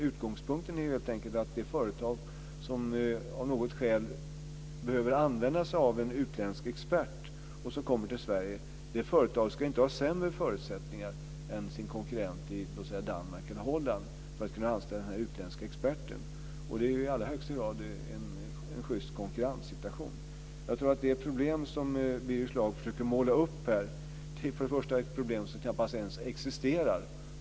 Utgångspunkten är helt enkelt att det företag som av något skäl behöver använda sig av en utländsk expert som kommer till Sverige inte ska ha sämre förutsättningar än sin konkurrent i låt säga Danmark eller Holland att anställa den här utländske experten. Det handlar i högsta grad om en just konkurrenssituation. Jag tror att det problem som Birger Schlaug här försöker måla upp för det första är ett problem som knappast ens existerar.